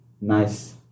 nice